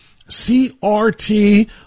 CRT